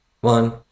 One